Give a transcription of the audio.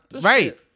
Right